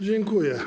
Dziękuję.